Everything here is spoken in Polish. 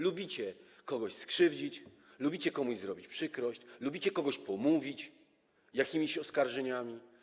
Lubicie kogoś skrzywdzić, lubicie komuś zrobić przykrość, lubicie kogoś pomówić jakimiś oskarżeniami.